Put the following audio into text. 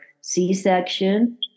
C-section